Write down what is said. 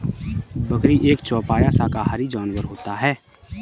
बकरी एक चौपाया शाकाहारी जानवर होता है